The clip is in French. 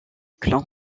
clans